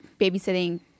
babysitting